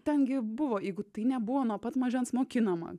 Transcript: ten gi buvo jeigu tai nebuvo nuo pat mažens mokinama